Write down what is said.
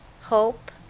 hope